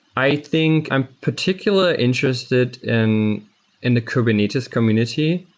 i think i'm particularly interested in in the kubernetes community.